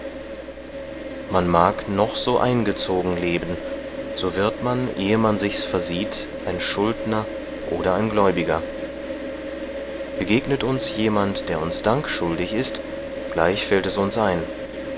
man mag noch so eingezogen leben so wird man ehe man sichs versieht ein schuldner oder ein gläubiger begegnet uns jemand der uns dank schuldig ist gleich fällt es uns ein